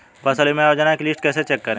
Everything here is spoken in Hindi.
फसल बीमा योजना की लिस्ट कैसे चेक करें?